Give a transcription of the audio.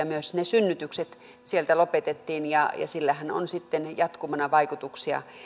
myös ne synnytykset sieltä lopetettiin ja sillähän on sitten jatkumona vaikutuksia